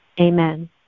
Amen